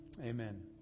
Amen